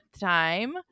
time